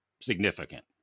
significant